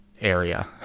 area